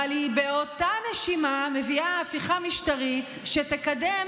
אבל באותה נשימה היא מביאה הפיכה משטרית שתקדם